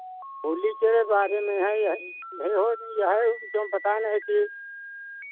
होली के बारे में है यहै यहै ना यहै जऊन बताए नहे कि